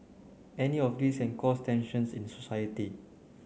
any of these can cause tensions in society